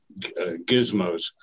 gizmos